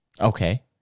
Okay